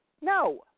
No